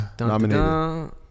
Nominated